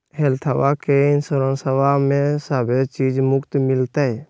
हेल्थबा के इंसोरेंसबा में सभे चीज मुफ्त मिलते?